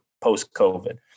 post-COVID